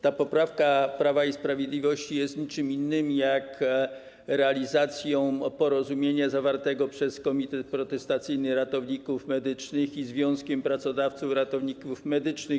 Ta poprawka Prawa i Sprawiedliwości jest niczym innym jak realizacją porozumienia zawartego przez Komitet Protestacyjny Ratowników Medycznych i Związek Pracodawców Ratownictwa Medycznego.